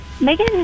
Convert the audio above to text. Megan